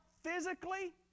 physically